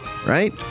Right